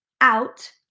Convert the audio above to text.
out